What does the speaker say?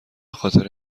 خاطر